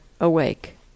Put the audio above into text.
awake